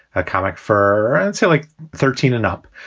a comic for until like thirteen and up.